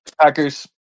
Packers